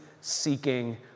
seeking